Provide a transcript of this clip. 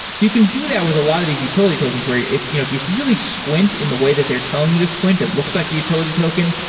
you can do that with a lot of these utility tokens, where if you know if you really squint in the way that they're telling you to squint, it looks like a utility token,